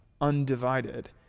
undivided